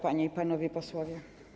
Panie i Panowie Posłowie!